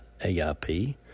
AIP